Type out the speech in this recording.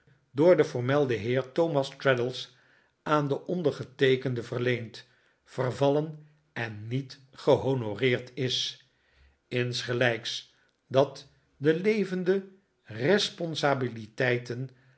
door den voormelden heer thomas traddles aan den ondergeteekende verleend vervallen en niet gehonoreerd is insgelijks dat de levende responsabiliteiten